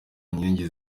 nkingi